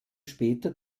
später